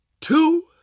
two